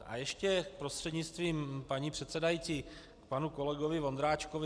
A ještě prostřednictvím paní předsedající panu kolegovi Vondráčkovi.